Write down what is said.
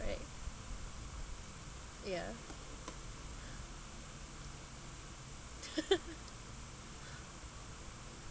right ya